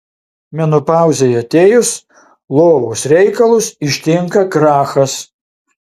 menopauzei atėjus lovos reikalus ištinka krachas